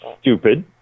stupid